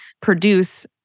produce